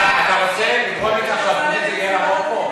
אתה רוצה לגרום לכך שהאופוזיציה יהיה לה רוב פה?